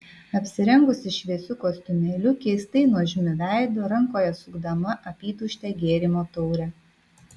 apsirengusi šviesiu kostiumėliu keistai nuožmiu veidu rankoje sukdama apytuštę gėrimo taurę